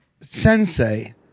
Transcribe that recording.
sensei